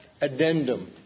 addendum